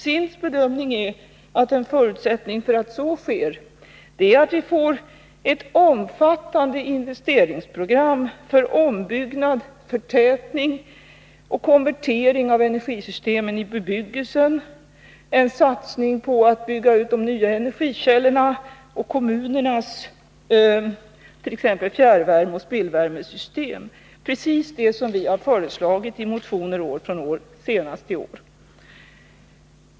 SIND:s bedömning är att en förutsättning för att så sker är att vi får ett omfattande investeringsprogram för ombyggnad, förtätning och konvertering av energisystemen i bebyggelsen samt en satsning på utbyggnad av de nya energikällorna och t.ex. kommunernas fjärrvärmeoch spillvärmesystem. Det är precis det som vi har föreslagit i motioner år efter år, senast i år.